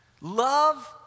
Love